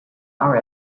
our